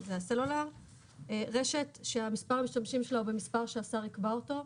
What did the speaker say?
זה הסלולאר; רשת שמספר המשתמשים שלה הוא במספר שהשר יקבע אותו,